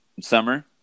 summer